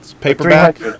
Paperback